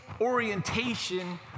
orientation